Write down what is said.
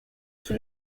tous